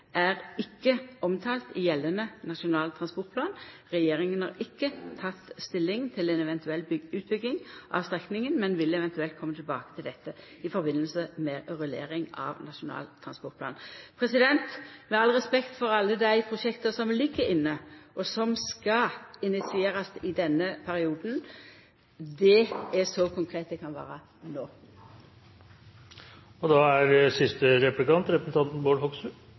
er ikke omtalt i gjeldende Nasjonal transportplan. Regjeringen har ikke tatt stilling til en ev. utbygging av strekningen, men vil ev. komme tilbake til dette i forbindelse med rulleringen av Nasjonal transportplan.» Med all respekt for alle dei prosjekta som ligg inne, og som skal initierast i denne perioden: Det er så konkret som eg kan vera no. Det er